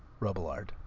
Robillard